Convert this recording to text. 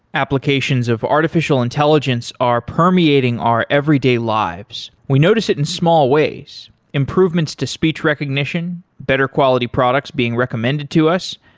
applications of artificial intelligence are permeating our everyday lives. we notice it in small ways improvements to speech recognition, better quality products being recommended to us,